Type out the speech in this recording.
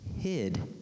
hid